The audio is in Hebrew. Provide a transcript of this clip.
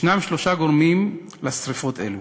יש שלושה גורמים לשרפות אלו: